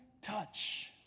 touch